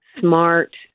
smart